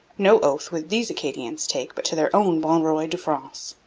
no oath would these acadians take but to their own bon roy de france.